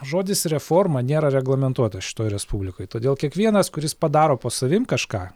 žodis reforma nėra reglamentuota šitoj respublikoj todėl kiekvienas kuris padaro po savim kažką